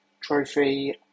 Trophy